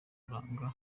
kuranga